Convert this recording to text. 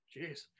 Jeez